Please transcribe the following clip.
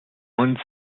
uns